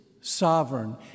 sovereign